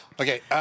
Okay